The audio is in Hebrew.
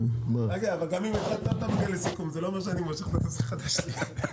גם אם אתה מגיע לסיכום זה לא אומר שאני מושך את הנושא חדש שלי.